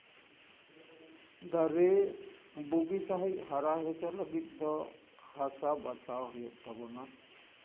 ᱫᱟᱨᱮ ᱵᱩᱜᱤ ᱥᱟᱺᱦᱤᱡ ᱦᱟᱨᱟ ᱦᱚᱪᱚᱭ ᱞᱟᱹᱜᱤᱫ ᱫᱚ ᱦᱟᱥᱟ ᱵᱟᱪᱷᱟᱣ ᱦᱩᱭᱩᱜ ᱛᱟᱵᱚᱱᱟ